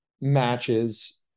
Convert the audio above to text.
matches